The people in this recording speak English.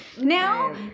now